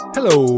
Hello